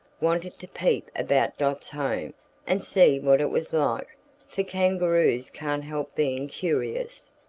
wanted to peep about dot's home and see what it was like for kangaroos can't help being curious.